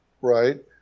Right